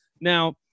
Now